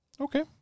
okay